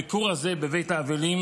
הביקור הזה בבית האבלים